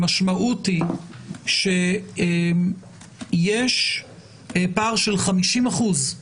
המשמעות היא שיש פער של 50 אחוזים.